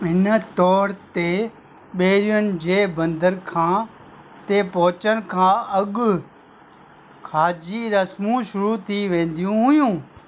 इन तौर ते ॿेड़ियुनि जे बंदर खां ते पहुचण खां अॻु खाजी रस्मूं शुरू थी वेंदियूं हुयूं